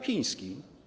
Chiński.